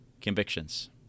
convictions